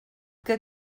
que